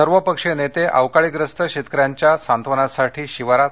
सर्वपक्षीय नेते अवकाळीग्रस्त शेतकऱ्यांच्या सांत्वनासाठी शिवारात